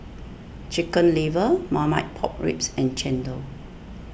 Chicken Liver Marmite Pork Ribs and Chendol